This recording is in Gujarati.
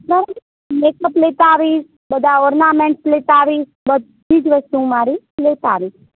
બરાબર મેકઅપ લેતા આવીશ બધા ઓર્નામેન્ટ્સ લેતા આવીશ બધી જ વસ્તુ હું મારી લેતા આવીશ